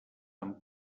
amb